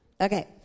Okay